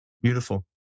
Beautiful